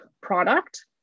product